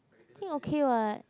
think okay [what]